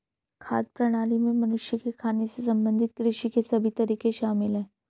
खाद्य प्रणाली में मनुष्य के खाने से संबंधित कृषि के सभी तरीके शामिल है